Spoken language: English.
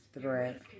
threat